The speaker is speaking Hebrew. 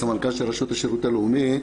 סמנכ"ל של רשות השירות הלאומי,